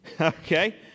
Okay